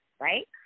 Right